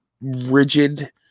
rigid